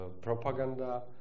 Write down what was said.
propaganda